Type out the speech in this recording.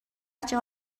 بچه